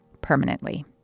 permanently